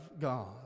God